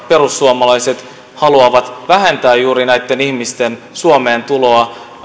perussuomalaiset haluavat vähentää juuri näitten ihmisten suomeen tuloa